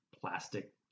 plastic